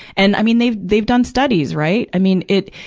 and, i mean, they've, they've done studies, right? i mean, it,